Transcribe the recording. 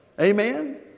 Amen